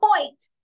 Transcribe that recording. point